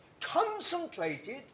concentrated